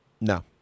No